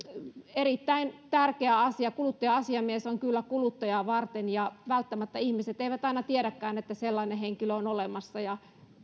erittäin tärkeä asia kuluttaja asiamies on kyllä kuluttajaa varten ja välttämättä ihmiset eivät aina tiedäkään että sellainen henkilö on olemassa ja